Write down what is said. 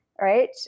right